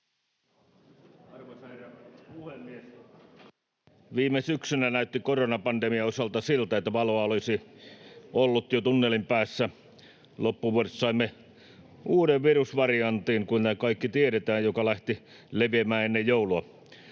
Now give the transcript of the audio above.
Arvoisa herra puhemies! Viime syksynä näytti koronapandemian osalta siltä, että valoa olisi ollut jo tunnelin päässä. Loppuvuodesta saimme uuden virusvariantin, kuten kaikki tiedetään, joka lähti leviämään ennen joulua.